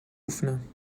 oefenen